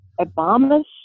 Obama's